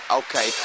okay